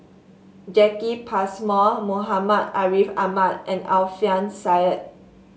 Jacki Passmore Muhammad Ariff Ahmad and Alfian Sa'at